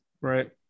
right